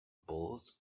both